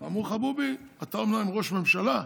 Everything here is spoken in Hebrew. אמרו: חבובי, אתה אומנם ראש ממשלה,